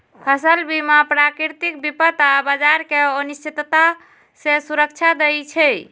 फसल बीमा प्राकृतिक विपत आऽ बाजार के अनिश्चितता से सुरक्षा देँइ छइ